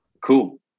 Cool